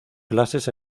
clases